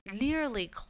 nearly